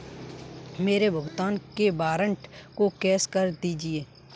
मेरे भुगतान के वारंट को कैश कर दीजिए